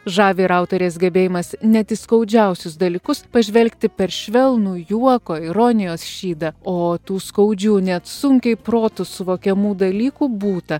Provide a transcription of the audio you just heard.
žavi ir autorės gebėjimas net į skaudžiausius dalykus pažvelgti per švelnų juoko ironijos šydą o tų skaudžių net sunkiai protu suvokiamų dalykų būta